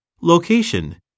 Location